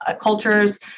cultures